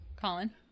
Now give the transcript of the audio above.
Colin